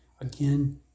Again